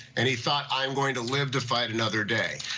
and he thought, i am going to live to fight another day.